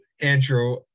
Andrew